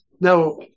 now